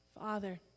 Father